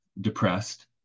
depressed